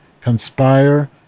conspire